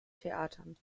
theatern